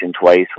twice